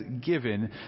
given